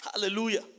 Hallelujah